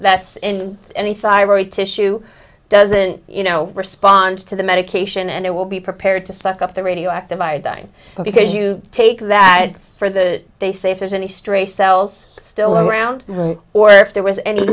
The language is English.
that's in any cyber a tissue doesn't you know respond to the medication and it will be prepared to suck up the radioactive iodine because you take that for the they say if there's any stray cells still around or if there was any